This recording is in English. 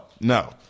no